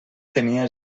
tenia